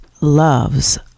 loves